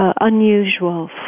unusual